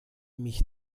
mich